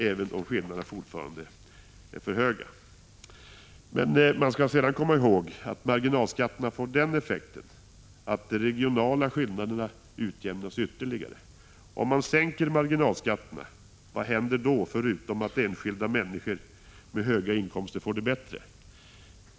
Ändå är skillnaderna fortfarande för stora. Men man skall komma ihåg att marginalskatterna får den effekten att de regionala skillnaderna ytterligare utjämnas. Vad händer om man sänker marginalskatterna — bortsett från att enskilda människor med höga inkomster får det bättre?